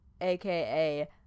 aka